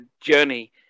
journey